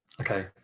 Okay